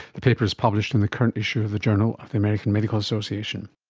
the paper is published in the current issue of the journal of the american medical association